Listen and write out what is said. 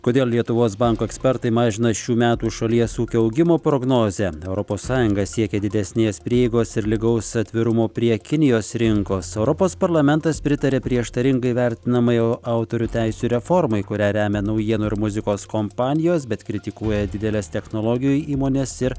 kodėl lietuvos banko ekspertai mažina šių metų šalies ūkio augimo prognozę europos sąjunga siekia didesnės prieigos ir lygaus atvirumo prie kinijos rinkos europos parlamentas pritarė prieštaringai vertinamai autorių teisių reformai kurią remia naujienų ir muzikos kompanijos bet kritikuoja didelės technologijų įmonės ir